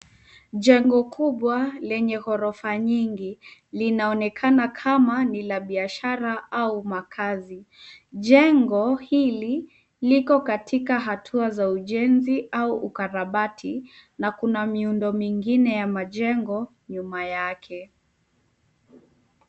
Jengo kubwa lenye ghorofa nyingi linaonekana kama ni la biashara au makazi. Jengo hili liko katika hatua ya ujenzi au ukarabati na kuna miundo mingine ya majengo nyuma yake.